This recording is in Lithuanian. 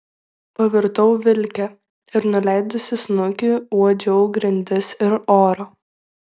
pavirtau vilke ir nuleidusi snukį uodžiau grindis ir orą